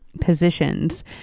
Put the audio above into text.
positions